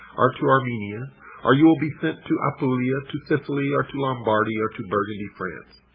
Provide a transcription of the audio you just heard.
or to armenia or you will be sent to apulia, to sicily, or to lombardy, or to burgundy, france,